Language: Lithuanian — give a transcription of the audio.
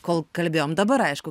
kol kalbėjom dabar aišku